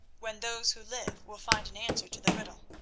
when those who live will find an answer to the riddle.